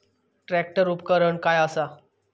Tractor उपकरण काय असा?